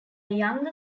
younger